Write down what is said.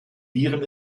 viren